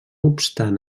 obstant